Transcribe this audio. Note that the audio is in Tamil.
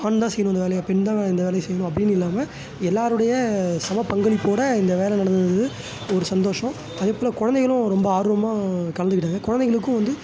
ஆண் தான் செய்யணும் அந்த வேலையை பெண் தான் இந்த வேலையை செய்யணும் அப்படின்னு இல்லாமல் எல்லோருடைய சம பங்களிப்போடு இந்த வேலை நடந்தது வந்து ஒரு சந்தோஷம் அதே போல குழந்தைகளும் ரொம்ப ஆர்வமாக கலந்துக்கிட்டாங்க குழந்தைகளுக்கும் வந்து